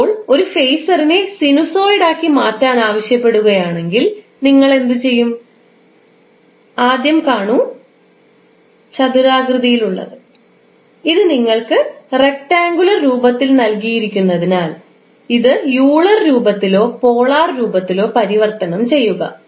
ഇപ്പോൾ ഒരു ഫേസറിനെ സിനുസോയിഡാക്കി മാറ്റാൻ ആവശ്യപ്പെടുകയാണെങ്കിൽ നിങ്ങൾ എന്തുചെയ്യും ആദ്യം കാണൂ ചതുരാകൃതിയിലുള്ളത് ഇത് നിങ്ങൾക്ക് റക്റ്റാങ്കുലർ രൂപത്തിൽ നൽകിയിരിക്കുന്നതിനാൽ ഇത് യൂളർ രൂപത്തിലോ പോളാർ രൂപത്തിലോ പരിവർത്തനം ചെയ്യുക